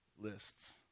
lists